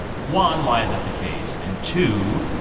one, why is that the case? and two,